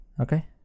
Okay